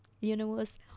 Universe